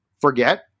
forget